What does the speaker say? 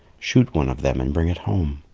shoot one of them and bring it home.